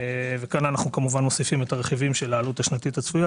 וכאן אנחנו מוסיפים את הרכיבים של העלות השנתית הצפויה,